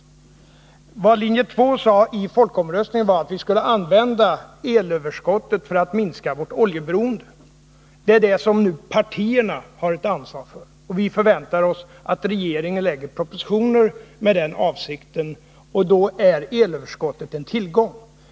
Vad företrädarna för linje 2 i folkomröstningen ville var att vi skulle använda elöverskottet till att minska oljeberoendet. Det är det som partierna nu har ett ansvar för. Vi förväntar oss att regeringen lägger fram propositioner med den avsikten, och då är elöverskottet en tillgång.